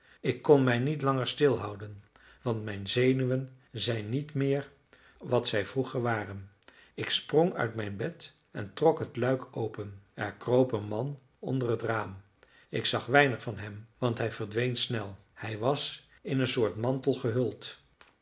ik kon mij niet langer stilhouden want mijn zenuwen zijn niet meer wat zij vroeger waren ik sprong uit mijn bed en trok het luik open er kroop een man onder het raam ik zag weinig van hem want hij verdween snel hij was in een soort mantel gehuld